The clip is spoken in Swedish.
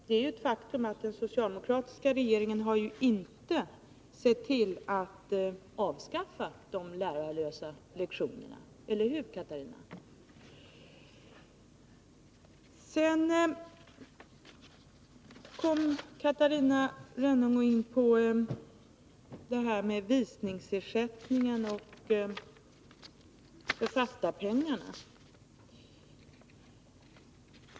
Det är ett faktum att den socialdemokratiska regeringen inte har sett till att avskaffa de lärarlösa lektionerna — eller hur, Catarina Rönnung? Sedan kom Catarina Rönnung in på frågan om visningsersättningen och författarpengarna.